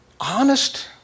honest